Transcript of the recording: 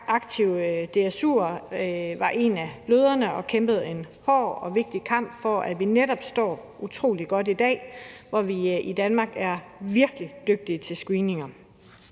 aktive DSU'ere var en af bløderne og kæmpede en hård og vigtig kamp for, at vi netop kan stå utrolig godt i dag, hvor vi i Danmark er virkelig dygtige til screeninger.